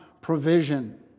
provision